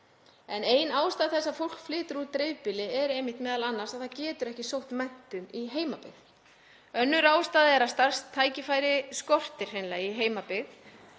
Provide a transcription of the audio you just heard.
Ein ástæða þess að fólk flytur úr dreifbýli er að það getur ekki sótt menntun í heimabyggð. Önnur ástæða er að starfstækifæri skortir hreinlega í heimabyggð.